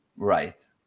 Right